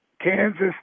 Kansas